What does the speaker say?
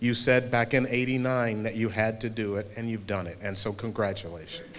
you said back in eighty nine that you had to do it and you've done it and so congratulations